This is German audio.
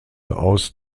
aus